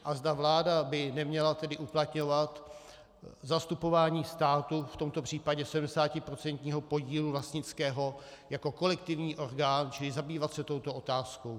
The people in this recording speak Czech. A zda vláda by neměla uplatňovat zastupování státu, v tomto případě sedmdesátiprocentního podílu vlastnického, jako kolektivní orgán, čili zabývat se touto otázkou.